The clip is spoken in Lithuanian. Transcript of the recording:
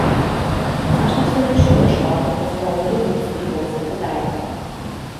aš nesiruošiu ieškoti kas pavogė mums priklausantį daiktą